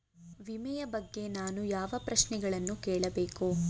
ವಿಮೆಯ ಬಗ್ಗೆ ನಾನು ಯಾವ ಪ್ರಶ್ನೆಗಳನ್ನು ಕೇಳಬೇಕು?